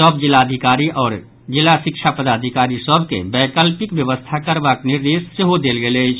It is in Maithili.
सभ जिलाधिकारी आओर जिला शिक्षा पदाधिकारी सभ के वैकल्पिक व्यवस्था करबाक निर्देश देल गेल अछि